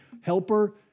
Helper